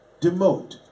Demote